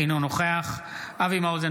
אינו נוכח אבי מעוז,